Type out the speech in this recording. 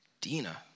Dina